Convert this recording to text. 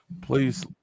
please